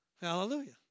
Hallelujah